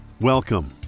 Welcome